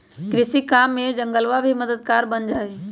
कृषि काम में जंगलवा भी मददगार बन जाहई